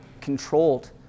controlled